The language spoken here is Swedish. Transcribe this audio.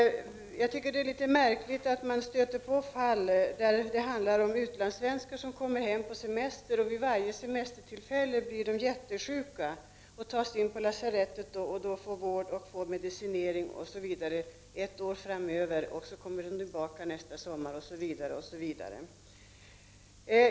Jag tycker det är märkligt att man kan stöta på fall där det handlar om utlandssvenskar som kommer hem på semester och vid varje semestertillfälle blir jättesjuka och måste tas in på lasarettet och få vård, medicinering osv. för ett år framåt. Sedan kommer de tillbaka nästa sommar Osv.